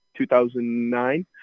2009